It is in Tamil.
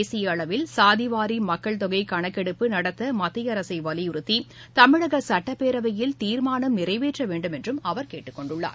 தேசிய அளவில் சாதிவாரி மக்கள்தொகை கணக்கெடுப்பு நடத்த மத்தியஅரசை வலியுறுத்தி தமிழக சட்டப்பேரவையில் தீர்மானம் நிறைவேற்றவேண்டும் என்றும் அவர் கேட்டுக்கொண்டுள்ளார்